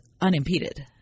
unimpeded